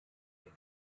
den